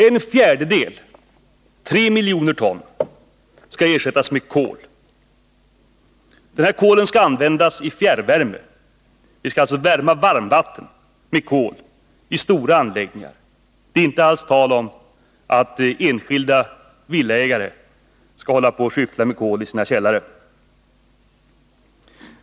En fjärdedel, 3 miljoner ton, skall ersättas med kol. Detta kol skall användas för fjärrvärme. Vi skall alltså värma varmvatten med kol i stora anläggningar. Det är inte alls tal om att enskilda villaägare skall skyffla koli sina källare.